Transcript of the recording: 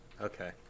Okay